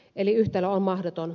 eli yhtälö on mahdoton